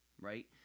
right